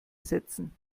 setzen